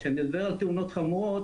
כשאני מדבר על תאונות חמורות